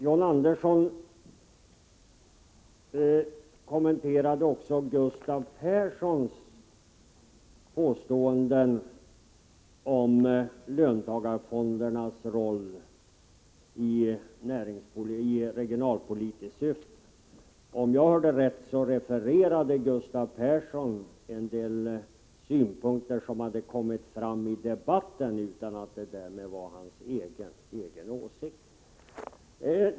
John Andersson kommenterade också Gustav Perssons påståenden om löntagarfondernas roll i regionalpolitiken. Om jag hörde rätt refererade Gustav Persson en del synpunkter som kommit fram i debatten utan att de därmed var hans egen åsikt.